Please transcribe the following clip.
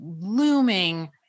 looming